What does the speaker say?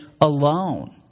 alone